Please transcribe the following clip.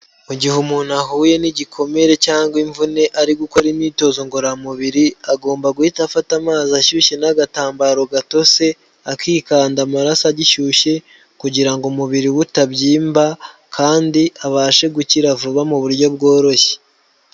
Mu gihe umuntu ahuye n'igikomere cyangwa imvune ari gukora imyitozo ngororamubiri, agomba guhita afata amazi ashyushye n'agatambaro gatose, akikanda amaraso agishyushye kugira ngo umubiri we utabyimba kandi abashe gukira vuba mu buryo bworoshye.